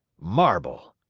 marble!